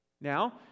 Now